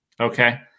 okay